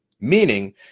meaning